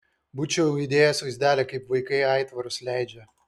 būčiau įdėjęs vaizdelį kaip vaikai aitvarus leidžia